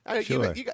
Sure